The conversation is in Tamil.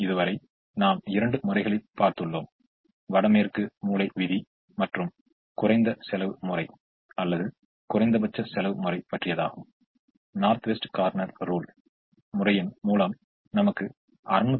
எனவே ஆரம்ப தீர்வுகளில் இருந்த ஒன்றை நாம் தேர்ந்து எடுத்துக்கொள்கிறோம் அபராத செலவு முறை அல்லது வோகெல்ஸ் ஆஃப்ரொக்ஸிமேஷன் மெத்தெட் மூலம் வழங்கப்படும் தீர்வு இது ஆகும்